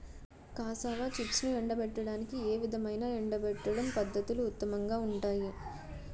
Cassava చిప్స్ను ఎండబెట్టడానికి ఏ విధమైన ఎండబెట్టడం పద్ధతులు ఉత్తమంగా ఉంటాయి?